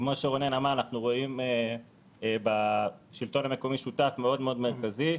כמו שרונן אמר אנחנו רואים בשלטון המקומי שותף מאוד חיוני,